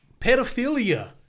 pedophilia